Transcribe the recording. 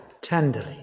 Tenderly